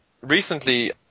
recently